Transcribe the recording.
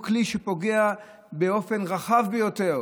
הוא כלי שפוגע באופן רחב ביותר